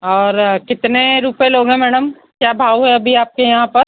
और कितने रुपये लोगे मैडम क्या भाव है आपके यहाँ पर